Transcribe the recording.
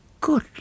Good